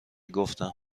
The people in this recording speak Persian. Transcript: گفتم